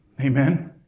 Amen